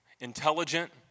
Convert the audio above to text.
intelligent